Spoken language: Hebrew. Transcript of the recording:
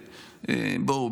בואו,